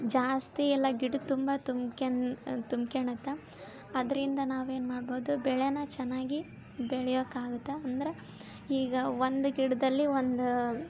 ಜಾಸ್ತಿ ಎಲ್ಲಾ ಗಿಡದ್ ತುಂಬಾ ತುಂಬ್ಕೆಣುತ್ತಾ ಅದ್ರಿಂದ ನಾವೇನ್ ಮಾಡ್ಬೋದು ಬೆಳೆನ ಚೆನ್ನಾಗಿ ಬೆಳಿಯೋಕ್ಕಾಗತ್ತಾ ಅಂದ್ರ ಈಗ ಒಂದು ಗಿಡದಲ್ಲಿ ಒಂದು